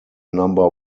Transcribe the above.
number